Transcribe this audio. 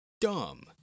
dumb